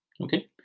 okay